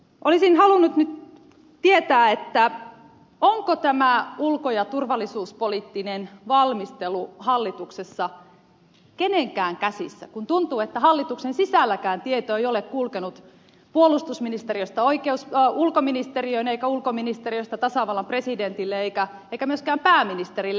olisin halunnut nyt tietää onko tämä ulko ja turvallisuuspoliittinen valmistelu hallituksessa kenenkään käsissä kun tuntuu että hallituksen sisälläkään tieto ei ole kulkenut puolustusministeriöstä ulkoministeriöön eikä ulkoministeriöstä tasavallan presidentille eikä myöskään pääministerille